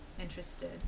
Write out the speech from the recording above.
interested